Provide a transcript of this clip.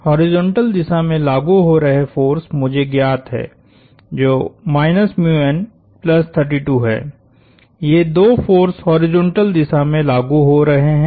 horizontal दिशा में लागु हो रहे फ़ोर्स मुझे ज्ञात है जोहै ये दो फ़ोर्स हॉरिजॉन्टल दिशा में लागु हो रहे हैं